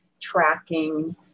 tracking